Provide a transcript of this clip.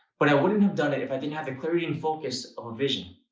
but i wouldn't have done it if i didn't have the clarity and focus of a vision.